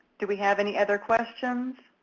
do we have any other questions?